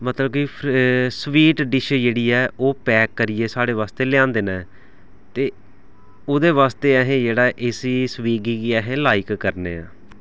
मतलब कि sweet dish जेह्ड़ी ऐ ओह् पैक करियै साढ़े वास्तै लेआंदे न ते ओह्दे वास्तै असें जेह्ड़ा इस्सी स्विगी गी जेह्का लाईक करने आं